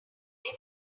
they